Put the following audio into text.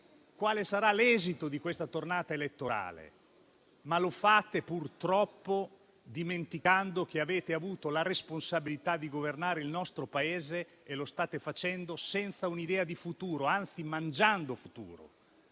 quale sarà l'esito di questa tornata elettorale, ma lo fate purtroppo dimenticando che avete avuto la responsabilità di governare il nostro Paese e che lo state facendo senza un'idea di futuro, anzi mangiando futuro.